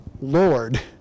Lord